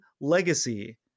legacy